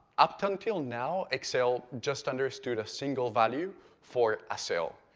up until now, excel just under stood a single value for a cell.